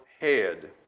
head